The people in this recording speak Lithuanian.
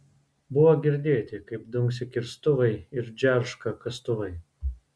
buvo girdėti kaip dunksi kirstuvai ir džerška kastuvai